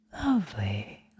Lovely